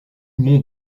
mon